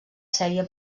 sèrie